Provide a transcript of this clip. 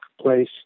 place